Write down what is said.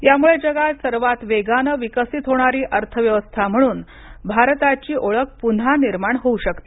यामुळे जगात सर्वात वेगानं विकसित होणारी अर्थव्यवस्था म्हणून जगात भारताची ओळख पुन्हा निर्माण होऊ शकते